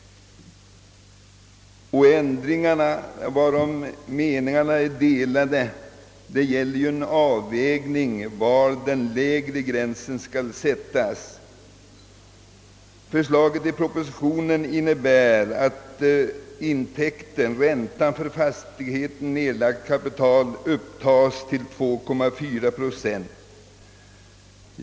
Ändringarna, som det ju finns delade meningar om, gäller en avvägning av var den lägre gränsen skall sättas. Propositionens förslag innebär att räntan på i fastigheten nedlagt kapital upptas till 2,4 procent.